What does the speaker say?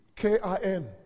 K-I-N